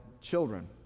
children